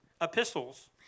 epistles